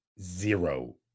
zero